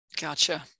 Gotcha